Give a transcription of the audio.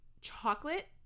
Chocolate